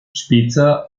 später